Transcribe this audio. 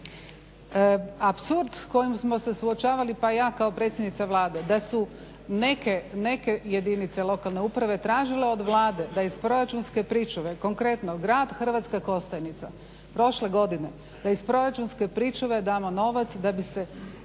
Apsurd s kojim smo se suočavali pa i ja kao predsjednica Vlade da su neke jedinice lokalne samouprave tražile od Vlade da iz proračunske pričuve, konkretno grad Hrvatska Kostajnica prošle godine da iz proračunske pričuve damo novac da bi se